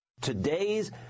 Today's